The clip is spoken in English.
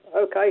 Okay